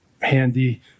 handy